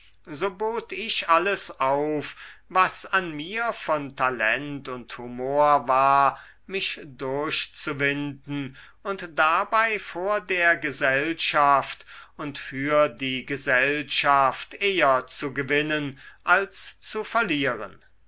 ich alles auf was an mir von talent und humor war mich durchzuwinden und dabei vor der gesellschaft und für die gesellschaft eher zu gewinnen als zu verlieren